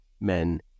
men